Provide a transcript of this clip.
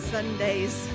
Sundays